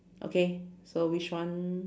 okay so which one